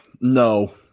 No